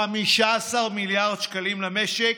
15 מיליארד שקלים למשק,